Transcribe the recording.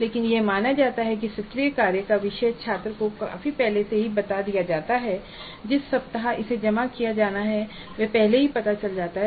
लेकिन यह माना जाता है कि सत्रीय कार्य का विषय छात्र को काफी पहले ही बता दिया जाता है और जिस सप्ताह इसे जमा किया जाना है वह पहले ही पता चल जाता है